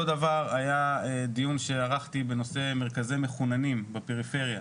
אותו דבר היה דיון שערכתי בנושא מרכזי מחוננים בפריפריה.